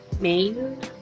main